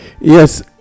yes